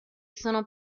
sono